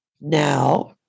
now